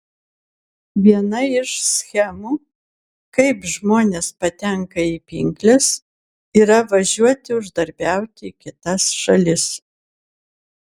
viena iš schemų kaip žmonės patenka į pinkles yra važiuoti uždarbiauti į kitas šalis